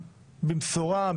במסורה,